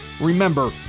Remember